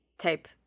type